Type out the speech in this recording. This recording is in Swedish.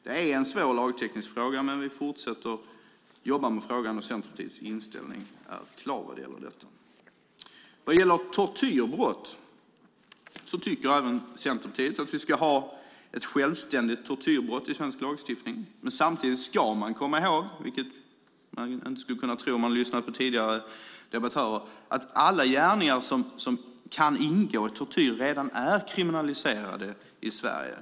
Det är en svår lagteknisk fråga, men vi fortsätter att jobba med den och Centerpartiets inställning är klar vad gäller detta. Beträffande tortyrbrott tycker även Centerpartiet att vi ska ha ett självständigt tortyrbrott i svensk lagstiftning. Samtidigt ska man komma ihåg, vilket man inte skulle kunna tro om man lyssnat på tidigare debattörer, att alla gärningar som kan ingå i tortyr redan är kriminaliserade i Sverige.